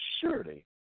surely